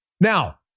Now